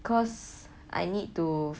cause I need to